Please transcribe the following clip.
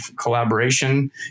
collaboration